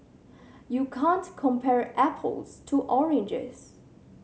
you can't compare apples to oranges